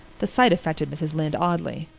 the sight affected mrs. lynde oddly.